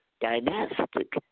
dynastic